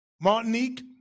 Martinique